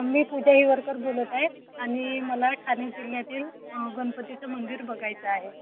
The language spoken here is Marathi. मी पूजा हिवरकर बोलत आहे आणि मला ठाणे जिल्ह्यातील गणपतीचं मंदिर बघायचं आहे